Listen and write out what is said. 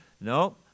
No